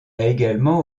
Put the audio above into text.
également